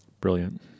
Brilliant